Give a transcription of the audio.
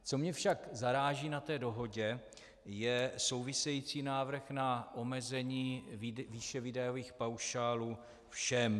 Co mě však zaráží na té dohodě, je související návrh na omezení výše výdajových paušálů všem.